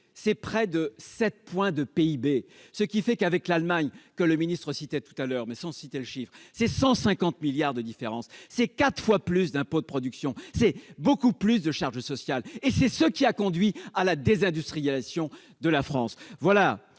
c'est près de 7 points de PIB, ce qui fait qu'avec l'Allemagne que le ministre cité tout à l'heure, mais sans citer le chiffre, c'est 150 milliards de différence, c'est 4 fois plus d'impôts, de production, c'est beaucoup plus de charges sociales et c'est ce qui a conduit à la désindustrialisation de la France, voilà,